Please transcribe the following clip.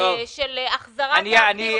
של החזרת העובדים לעבודה.